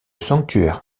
sanctuaire